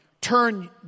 Turn